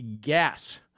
GAS